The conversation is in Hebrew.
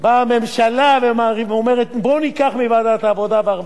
בואו ניקח מוועדת העבודה והרווחה את הזכות לייצג נכים,